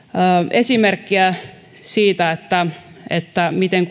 esimerkkiä siitä miten